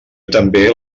també